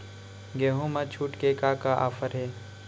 गेहूँ मा छूट के का का ऑफ़र हे?